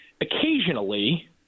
occasionally –